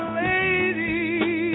lady